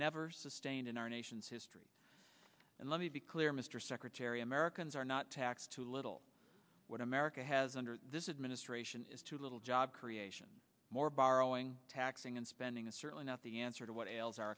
never sustained in our nation's history and let me be clear mr secretary americans are not taxed too little what america has under this administration is too little job creation more borrowing taxing and spending is certainly not the answer to what ails our